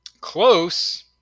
Close